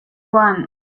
want